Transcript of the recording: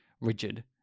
rigid